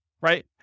right